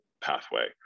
pathway